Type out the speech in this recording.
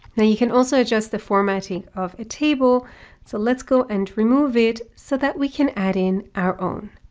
now you can also adjust the formatting of a table so let's go and remove it so that we can add in our own.